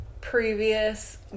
previous